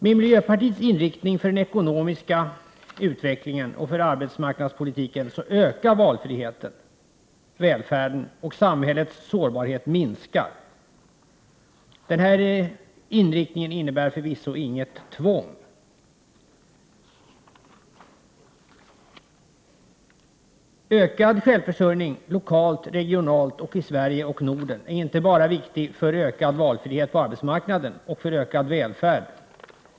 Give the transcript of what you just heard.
Med miljöpartiets inriktning för den ekonomiska utvecklingen och för arbetsmarknadspolitiken ökar valfriheten och välfärden, samtidigt som samhällets sårbarhet minskar. Denna inriktning innebär förvisso inget tvång. Ökad självförsörjning lokalt, regionalt, i hela landet och i Norden är inte bara viktig för ökad valfrihet på arbetsmarknaden och för ökad välfärd.